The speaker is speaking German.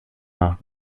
nach